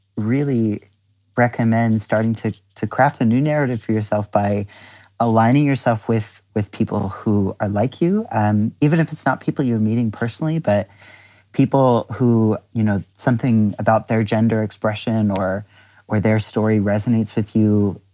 really recommend starting to to craft a new narrative for yourself by aligning yourself with with people who are like you. um even if it's not people you're meeting personally, but people who, you know, something about their gender expression or where their story resonates with you,